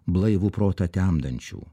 blaivų protą temdančių